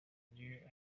new